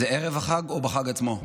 זה ערב החג או בחג עצמו?